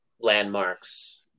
landmarks